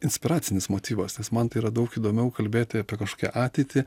inspiracinis motyvas nes man tai yra daug įdomiau kalbėti apie kažkokią ateitį